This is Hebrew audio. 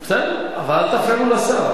בסדר, אבל אל תפריעו לשר.